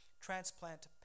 transplant